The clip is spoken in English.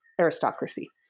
aristocracy